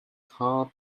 hard